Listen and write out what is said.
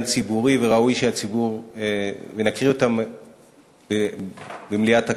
ציבורי וראוי שנקריא אותם במליאת הכנסת.